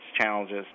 challenges